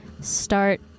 start